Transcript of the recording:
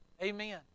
Amen